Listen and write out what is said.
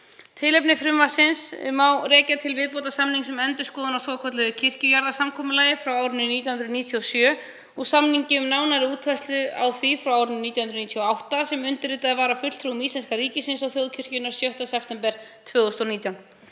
Tilefni frumvarpsins má rekja til viðbótarsamnings um endurskoðun á svokölluðu kirkjujarðasamkomulagi frá árinu 1997 og samningi um nánari útfærslu á því frá árinu 1998 sem undirritað var af fulltrúum íslenska ríkisins og þjóðkirkjunnar 6. september 2019.